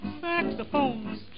saxophones